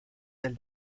del